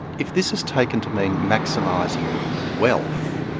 if this is taken to mean maximising wealth,